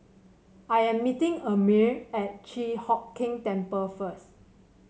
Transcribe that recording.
I am meeting Amir at Chi Hock Keng Temple first